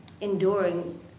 enduring